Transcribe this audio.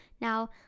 Now